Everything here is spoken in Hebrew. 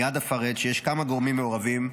מייד אפרט שיש כמה גורמים מעורבים.